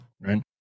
right